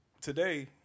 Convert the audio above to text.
today